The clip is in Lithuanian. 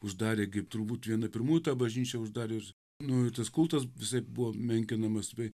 uždarė kaip turbūt vieni pirmųjų tą bažnyčią uždarė nu ir tas kultas visaip buvo menkinamas bei